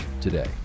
today